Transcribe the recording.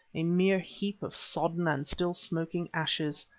a mere heap of sodden and still smoking ashes.